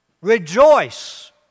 Rejoice